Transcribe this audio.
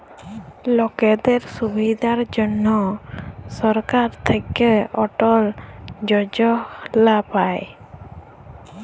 লকদের সুবিধার জনহ সরকার থাক্যে অটল যজলা পায়